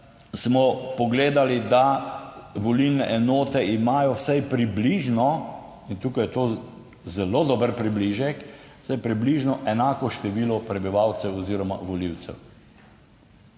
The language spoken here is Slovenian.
smo pogledali, da volilne enote imajo vsaj približno, in tukaj je to zelo dober približek, vsaj približno enako število prebivalcev oziroma volivcev.